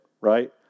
right